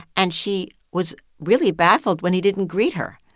and she was really baffled when he didn't greet her.